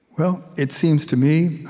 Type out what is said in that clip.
well, it seems to me,